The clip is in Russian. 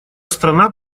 страна